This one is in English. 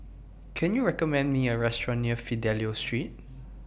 Can YOU recommend Me A Restaurant near Fidelio Street